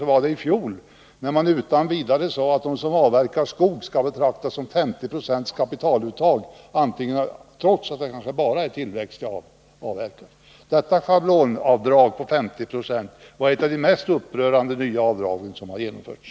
I fjol genomfördes en regel som innebär att de som säljer skog på rot skulle få betrakta detta som ett 50-procentigt kapitaluttag, trots att det kanske var tillväxt som avverkades. Detta schablonavdrag på 50 20 var ett av de mest upprörande nya avdrag som genomfördes.